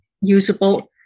usable